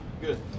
Good